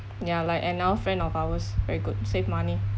ya like another friend of ours very good save money